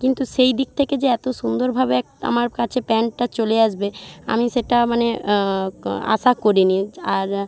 কিন্তু সেই দিক থেকে যে এত সুন্দরভাবে এক আমার কাছে প্যান্টটা চলে আসবে আমি সেটা মানে ক্ আশা করিনি য্ আর